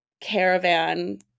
caravan